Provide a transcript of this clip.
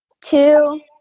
two